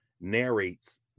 narrates